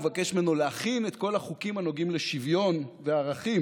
הוא מבקש ממנו להכין את כל החוקים שנוגעים לשוויון וערכים.